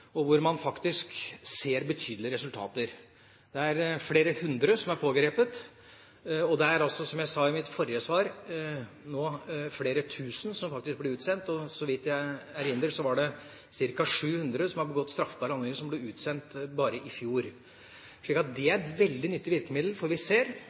hvor man faktisk ser betydelige resultater. Det er flere hundre som er pågrepet, og det er nå – som jeg sa i mitt forrige svar – flere tusen som faktisk blir utsendt. Så vidt jeg erindrer, var det ca. 700 som hadde begått straffbare handlinger som ble utsendt bare i fjor. Så det er et veldig nyttig virkemiddel. Vi ser